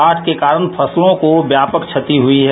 बाढ़ के कारण फसलों को व्यापक क्षति हुई है